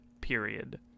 period